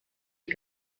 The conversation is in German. die